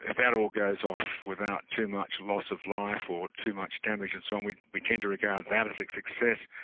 if that all goes off without too much loss of life or too much damage and so on, we we tend to regard that as a like success.